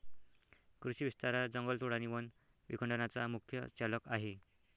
कृषी विस्तार हा जंगलतोड आणि वन विखंडनाचा मुख्य चालक आहे